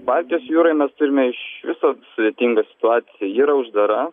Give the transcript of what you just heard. baltijos jūroj mes turime iš viso sudėtingą situaciją ji yra uždara